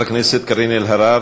חברת הכנסת קארין אלהרר.